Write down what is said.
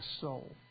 soul